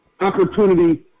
opportunity